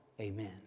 Amen